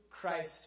Christ